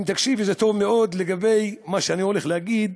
אם תקשיבי, זה טוב מאוד, לגבי מה שאני הולך להגיד,